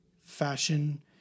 fashion